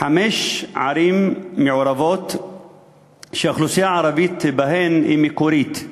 חמש ערים מעורבות שהאוכלוסייה הערבית בהן היא מקורית,